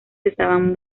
estaban